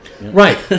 Right